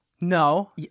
No